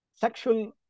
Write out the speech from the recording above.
sexual